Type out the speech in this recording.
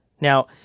Now